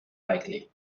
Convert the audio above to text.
likely